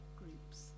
groups